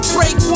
Break